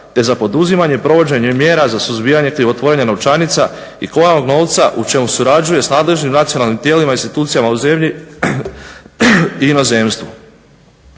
te za poduzimanje provođenje mjera za suzbijanje krivotvorenja novčanica i kovanog novca u čemu surađuje s nadležnim nacionalnim tijelima i institucijama u zemlji i inozemstvu.